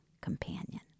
companion